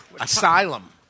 Asylum